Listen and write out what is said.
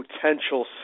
potential